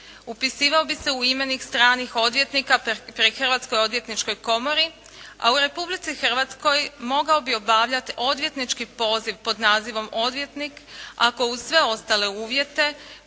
upisivao bi se u imenik stranih odvjetnika pri Hrvatskoj odvjetničkoj komori, a u Republici Hrvatskoj mogao bi obavljati odvjetnički poziv pod nazivom odvjetnik ako uz sve ostale uvjete